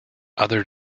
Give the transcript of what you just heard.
other